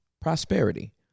prosperity